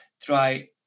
try